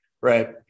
right